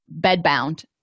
bedbound